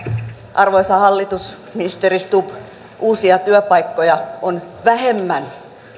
arvoisa hallitus ministeri stubb uusia työpaikkoja on vähemmän